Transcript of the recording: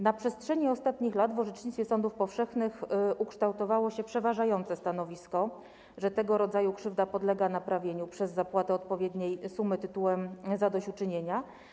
Na przestrzeni ostatnich lat w orzecznictwie sądów powszechnych ukształtowało się przeważające stanowisko, że tego rodzaju krzywda podlega naprawieniu przez zapłatę odpowiedniej sumy tytułem zadośćuczynienia.